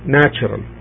natural